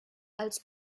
als